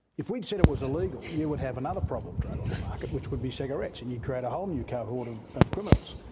if we'd said it was illegal, you would have another problem drug on the market, which would be cigarettes, and you'd create a whole new cohort of of criminals.